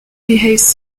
behaves